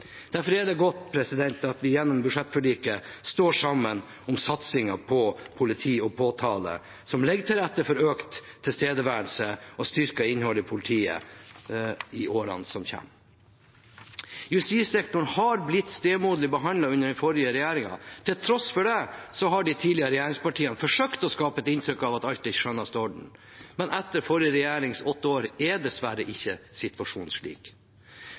Derfor er det godt at vi gjennom budsjettforliket står sammen om satsingen på politi og påtalemyndighet, som legger til rette for økt tilstedeværelse og styrker innholdet i politiet i årene som kommer. Justissektoren har blitt stemoderlig behandlet under den forrige regjeringen. Til tross for det har de tidligere regjeringspartiene forsøkt å skape et inntrykk av at alt er i skjønneste orden. Men etter forrige regjerings åtte år er dessverre ikke situasjonen slik.